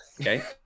Okay